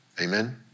Amen